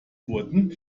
wurden